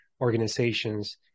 organizations